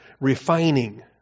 refining